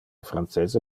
francese